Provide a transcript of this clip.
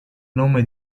nome